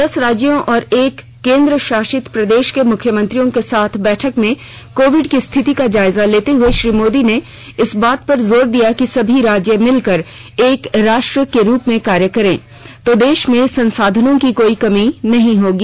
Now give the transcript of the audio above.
दस राज्यों और एक केंद्रशासित प्रदेश के मुख्यमंत्रियों के साथ बैठक में कोविड की स्थिति का जायजा लेते हुए श्री मोदी ने इस बात पर जोर दिया कि सभी राज्य मिल कर एक राष्ट्र के रूप में कार्य करें तो देश में संसाधनों की कोई कमी नहीं होगी